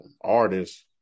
artists